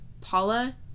Paula